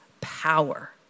power